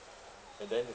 and then